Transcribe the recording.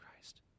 Christ